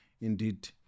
indeed